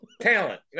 Talent